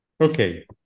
Okay